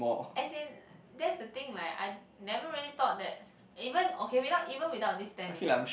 as in that's the thing like I never really thought that even okay without even without this ten million